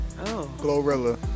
Glorilla